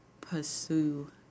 pursue